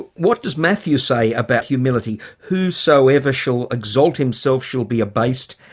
what does matthew say about humility? whosoever shall exalt himself shall be abased,